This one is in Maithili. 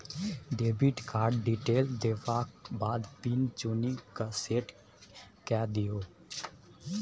डेबिट कार्ड डिटेल देबाक बाद पिन चुनि कए सेट कए दियौ